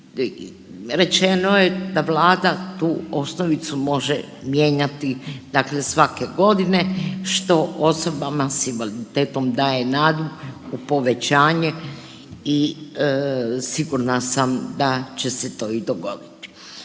rečeno da je Vlada tu osnovicu može mijenjati dakle svake godine, što osobama s invaliditetom daje nadu u povećanje i sigurna sam da će se to i dogoditi.